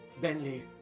Bentley